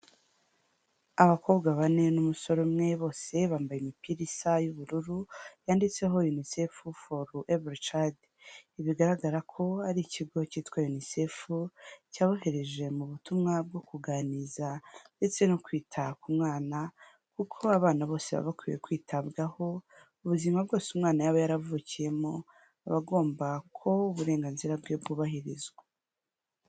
Abakobwa bane n'umusore umwe bose bambaye imipira isa y'ubururu yanditseho Unicef for every child, bigaragara ko ari ikigo cyitwa Unicef cyabohereje mu butumwa bwo kuganiriza ndetse no kwita ku mwana kuko abana bose baba bakwiye kwitabwaho, ubuzima bwose umwana yaba yaravukiyemo aba agomba ko uburenganzira bwe bwubahirizwa.